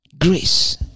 Grace